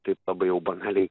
taip labai jau banaliai